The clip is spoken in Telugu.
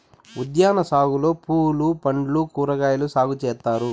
ఉద్యాన సాగులో పూలు పండ్లు కూరగాయలు సాగు చేత్తారు